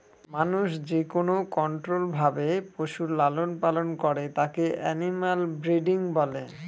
মানুষ যেকোনো কন্ট্রোল্ড ভাবে পশুর লালন পালন করে তাকে এনিম্যাল ব্রিডিং বলে